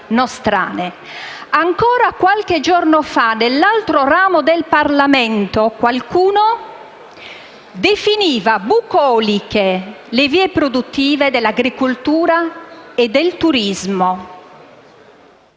Ancora qualche giorno fa, nell'altro ramo del Parlamento, qualcuno definiva bucoliche le vie produttive dell'agricoltura e del turismo.